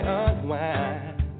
unwind